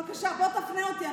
בבקשה, בוא תפנה אותי.